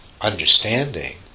understanding